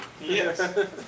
Yes